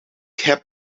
heb